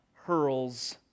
Hurls